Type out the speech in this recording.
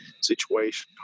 situation